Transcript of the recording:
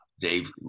Dave